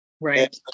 Right